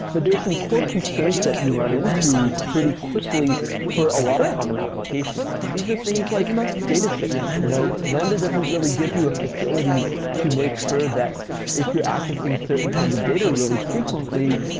but there're some code constraints that you run into pretty quickly for a lot of common application. these are things like data shipping. you know lambda doesn't really give you a facility to make sure that if you're accessing certain kinds of data really frequently,